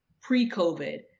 pre-COVID